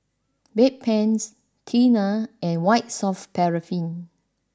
Bedpans Tena and White soft paraffin